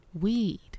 Weed